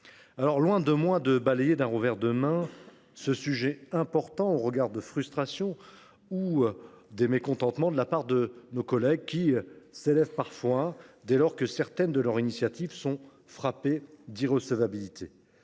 moi l’idée de balayer d’un revers de main ce sujet important au regard des frustrations ou du mécontentement de nos collègues qui s’élèvent parfois, dès lors que certaines de leurs initiatives sont frappées d’irrecevabilité